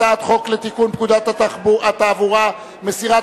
הצעת חוק לתיקון פקודת התעבורה (מסירת